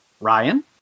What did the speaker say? Ryan